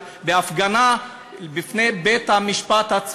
אלא נענים לפנייתו של השר הממונה,